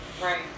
Right